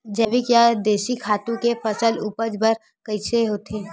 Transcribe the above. जैविक या देशी खातु फसल के उपज बर कइसे होहय?